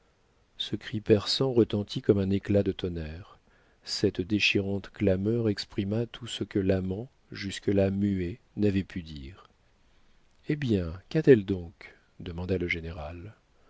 ce cri perçant retentit comme un éclat de tonnerre cette déchirante clameur exprima tout ce que l'amant jusque-là muet n'avait pu dire hé bien qu'a-t-elle donc demanda le général